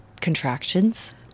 contractions